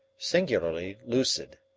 singularly lucid.